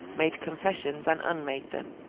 made confessions and unmade them,